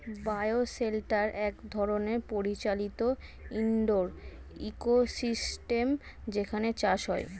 bio shelter এক ধরনের পরিচালিত ইন্ডোর ইকোসিস্টেম যেখানে চাষ হয়